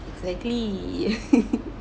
exactly